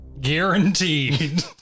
guaranteed